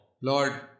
Lord